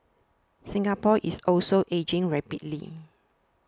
Singapore is also ageing rapidly